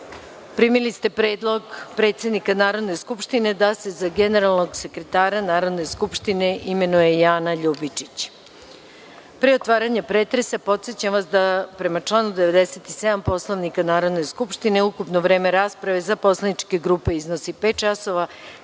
ste predlog predsednika Narodne skupštine da se za generalnog sekretara Narodne skupštine imenuje Jana Ljubičić. Pre otvaranja pretresa, podsećam vas da, prema članu 97. Poslovnika Narodne skupštine, ukupno vreme rasprave za poslaničke grupe iznosi pet časova,